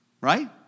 Right